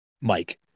Mike